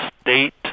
State